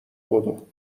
بدو